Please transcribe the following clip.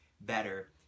better